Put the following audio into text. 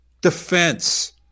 defense